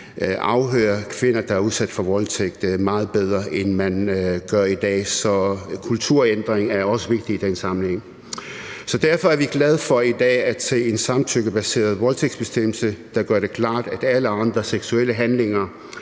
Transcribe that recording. afhøre kvinder, der er udsat for voldtægt, meget bedre, end man gør i dag. Så en kulturændring er også vigtig i den sammenhæng. Derfor er vi glade for i dag at se en samtykkebaseret voldtægtsbestemmelse, der gør det klart, at alle andre seksuelle handlinger